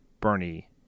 Bernie